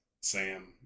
sam